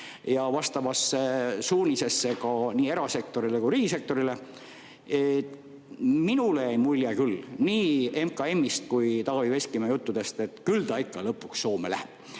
ja vastavasse suunisesse nii erasektorile kui ka riigisektorile. Minule jäi mulje küll nii MKM‑ist kui ka Taavi Veskimäe juttudest, et küll ta ikka lõpuks Soome läheb.